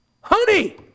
honey